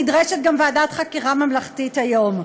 נדרשת ועדת חקירה ממלכתית גם היום,